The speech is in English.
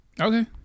Okay